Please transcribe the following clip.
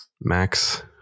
Max